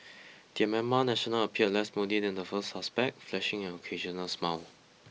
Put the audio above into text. the Myanmar national appeared less moody than the first suspect flashing in an occasional smile